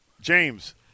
James